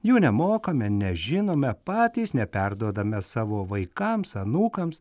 jų nemokame nežinome patys neperduodame savo vaikams anūkams